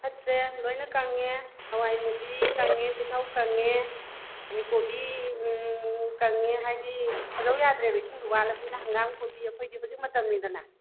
ꯐꯠꯇ꯭ꯔꯦ ꯂꯣꯏꯅ ꯀꯪꯉꯦ ꯍꯋꯥꯏ ꯃꯨꯕꯤ ꯀꯪꯉꯦ ꯇꯤꯜꯂꯧ ꯀꯪꯉꯦ ꯑꯗꯨꯗꯩ ꯀꯣꯕꯤ ꯎꯝ ꯀꯪꯉꯦ ꯍꯥꯏꯗꯤ ꯐꯖꯧ ꯌꯥꯗ꯭ꯔꯦꯕ ꯏꯁꯤꯡꯗꯨ ꯋꯥꯠꯂꯕꯅꯤꯅ ꯍꯪꯒꯥꯝ ꯀꯣꯕꯤ ꯑꯩꯈꯣꯏꯗꯤ ꯍꯧꯖꯤꯛ ꯃꯇꯝꯅꯤꯗꯅ